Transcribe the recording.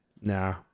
Nah